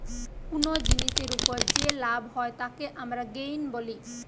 কুনো জিনিসের উপর যে লাভ হয় তাকে আমরা গেইন বলি